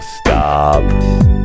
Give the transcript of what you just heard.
Stop